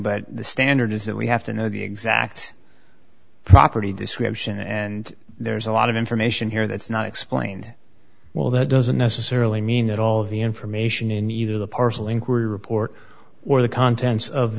but the standard is that we have to know the exact property description and there's a lot of information here that's not explained well that doesn't necessarily mean that all of the information in either the parcel inquiry report or the contents of